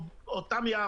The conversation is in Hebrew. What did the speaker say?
לא.